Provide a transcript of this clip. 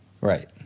Right